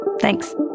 Thanks